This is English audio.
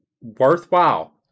worthwhile